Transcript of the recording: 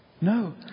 No